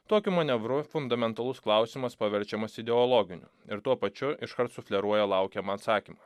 tokiu manevru fundamentalus klausimas paverčiamas ideologiniu ir tuo pačiu iškart sufleruoja laukiamą atsakymą